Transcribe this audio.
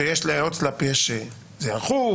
שיש להוצל"פ היערכות,